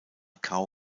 cao